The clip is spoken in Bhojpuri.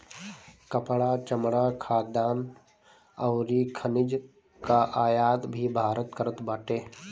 कपड़ा, चमड़ा, खाद्यान अउरी खनिज कअ आयात भी भारत करत बाटे